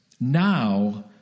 now